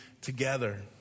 together